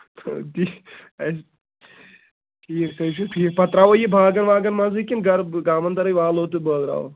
ٹھیٖک حظ چھُ ٹھیٖک پَتہٕ ترٛاوو یہِ باغن واغن منٛزٕے کِنہٕ گامَن تَلٕے والو تہٕ بٲگراوَو